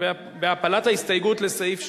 לסעיף 2,